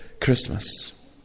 Christmas